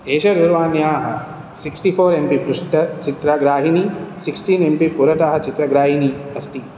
एष दूरवाण्याः sixty four M P पृष्टचित्रग्राहिनी सिक्स्टीन् एं पि पुरतः चित्रग्राहिनी अस्ति